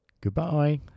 Goodbye